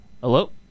Hello